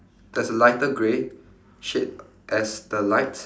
there's a lighter grey shape as the light